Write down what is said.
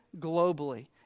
globally